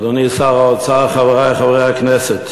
אדוני שר האוצר, חברי חברי הכנסת,